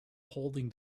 holding